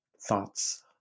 thoughts